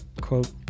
Quote